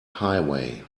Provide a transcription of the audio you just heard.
highway